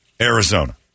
arizona